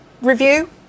Review